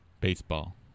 Baseball